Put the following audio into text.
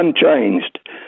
unchanged